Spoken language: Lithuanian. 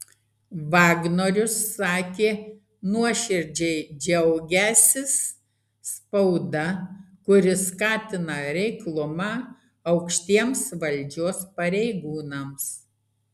vagnorius sakė nuoširdžiai džiaugiąsis spauda kuri skatina reiklumą aukštiems valdžios pareigūnams